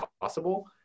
possible